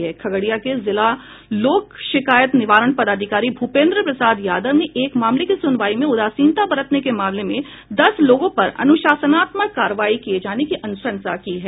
खगड़िया के जिला लोक शिकायत निवारण पदाधिकारी भूपेंद्र प्रसाद यादव ने एक मामले की सुनवाई में उदासीनता बरतने के मामले में दस लोगों पर अनुशासात्मक कार्रवाई किए जाने की अनुशंसा की है